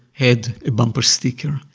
had a bumper sticker.